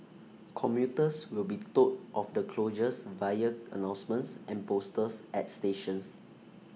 commuters will be told of the closures via announcements and posters at stations